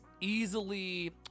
easily